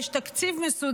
יש תקציב מסודר.